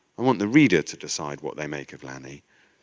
i want the reader to decide what they make of lanny.